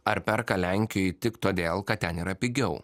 ar perka lenkijoj tik todėl kad ten yra pigiau